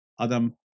Adam